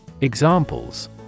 Examples